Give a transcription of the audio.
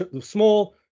small